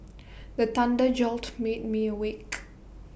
the thunder jolt me me awake